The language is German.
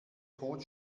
tod